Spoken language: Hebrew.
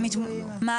לא, זה הגלויים.